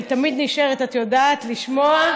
אני תמיד נשארת לשמוע, את יודעת.